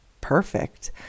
perfect